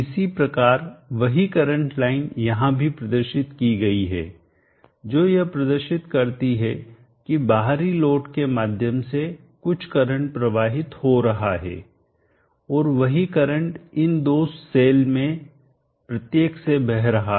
इसी प्रकार वही करंट लाइन यहाँ भी प्रदर्शित की गई है जो यह प्रदर्शित करती है कि बाहरी लोड के माध्यम से कुछ करंट प्रवाहित हो रहा हैऔर वही करंट इन दो सेल में प्रत्येक से बह रहा है